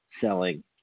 selling